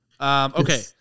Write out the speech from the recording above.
Okay